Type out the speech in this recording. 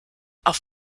auf